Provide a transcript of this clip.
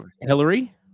Hillary